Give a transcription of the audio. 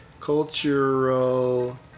cultural